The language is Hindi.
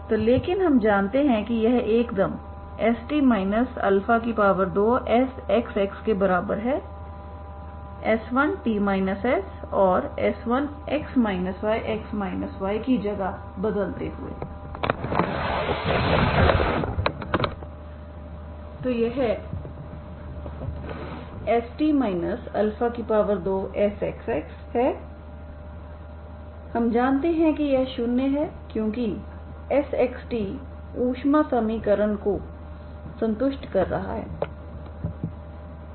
तो लेकिन हम जानते हैं कि यह एकदम ST 2SXXके बराबर है S1 और S1की जगह बदलते हुए तो यह ST 2SXX है हम जानते हैं कि यह शून्य है क्योंकि Sxt ऊष्मा समीकरण को संतुष्ट कर रहा है